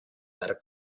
dar